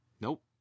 nope